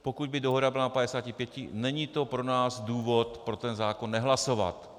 Pokud by dohoda byla na 55, není to pro nás důvod pro ten zákon nehlasovat.